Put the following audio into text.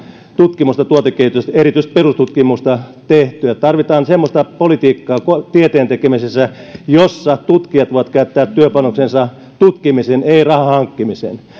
tutkimusta tuotekehitystä erityisesti perustutkimusta tehtyä tarvitaan semmoista politiikkaa tieteen tekemisessä jossa tutkijat voivat käyttää työpanoksensa tutkimiseen eivät rahan hankkimiseen